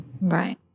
Right